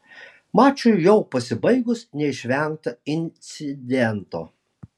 mačui jau pasibaigus neišvengta incidento